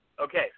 Okay